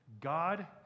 God